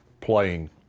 playing